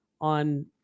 on